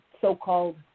so-called